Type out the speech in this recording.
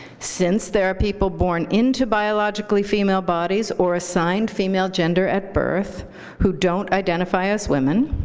since there are people born into biologically female bodies or assigned female gender at birth who don't identify as women,